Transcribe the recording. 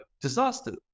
disaster